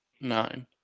nine